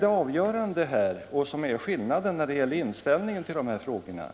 Det avgörande, och det som är skillnaden när det gäller inställningen till dessa frågor,